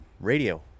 Radio